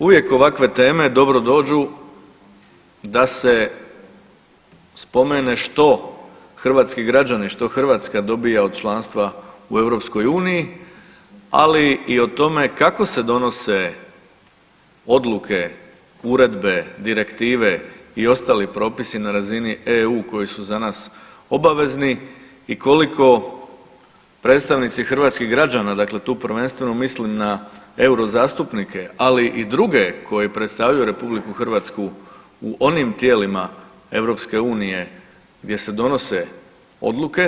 Uvijek ovakve teme dobro dođu da se spomene što hrvatski građani, što Hrvatska dobija od članstva u EU ali i o tome kako se donose odluke, uredbe, direktive i ostali propisi na razini EU koji su za nas obavezni i koliko predstavnici hrvatskih građana, dakle tu prvenstveno mislim na euro zastupnike ali i druge koji predstavljaju Republiku Hrvatsku u onim tijelima EU gdje se donose odluke.